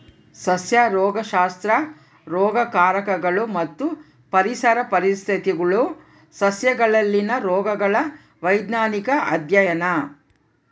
ಸಸ್ಯ ರೋಗಶಾಸ್ತ್ರ ರೋಗಕಾರಕಗಳು ಮತ್ತು ಪರಿಸರ ಪರಿಸ್ಥಿತಿಗುಳು ಸಸ್ಯಗಳಲ್ಲಿನ ರೋಗಗಳ ವೈಜ್ಞಾನಿಕ ಅಧ್ಯಯನ